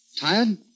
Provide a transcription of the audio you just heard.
Tired